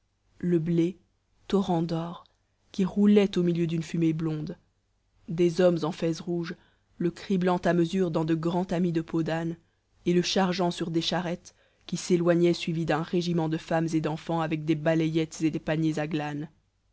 le blé torrent d'or qui roulait au milieu d'une fumée blonde des hommes en fez rouge le criblant à mesure dans de grands tamis de peau d'âne et le chargeant sur des charrettes qui s'éloignaient suivies d'un régiment de femmes et d'enfants avec des balayettes et des paniers à glanes